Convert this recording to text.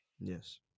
Yes